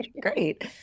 Great